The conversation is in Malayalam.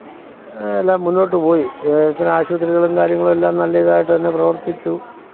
എല്ലാം മുന്നോട്ട് പോയി എത്ര ആശുപത്രികളും കാര്യങ്ങളും എല്ലാം നല്ല ഇതായിട്ടുതന്നെ പ്രവര്ത്തിച്ചു